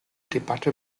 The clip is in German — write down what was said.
debatte